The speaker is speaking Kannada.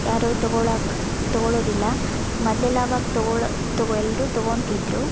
ಯಾರು ತೊಗೊಳಕ್ಕೆ ತೊಗೊಳ್ಳೋದಿಲ್ಲ ಮೊದ್ಲೆಲ್ಲ ಅವಾಗ ತೊಗೊಳ್ಳೋ ತೊಗೊ ಎಲ್ಲರೂ ತೊಗೋತಿದ್ರು